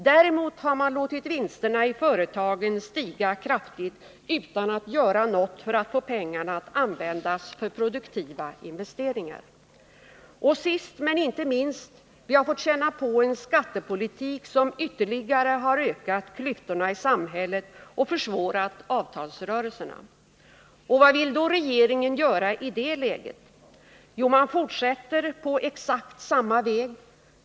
Däremot har man låtit vinsterna i företagen stiga kraftigt utan att göra något för att få pengarna att användas för produktiva investeringar. Sist men inte minst har vi fått känna på en skattepolitik som ytterligare har ökat klyftorna i samhället och försvårat avtalsrörelserna. Vad vill då regeringen göra i det läget? Jo, man fortsätter på exakt samma väg.